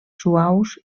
suaus